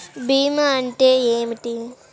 భీమా అంటే ఏమిటి?